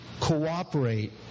cooperate